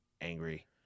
angry